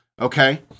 Okay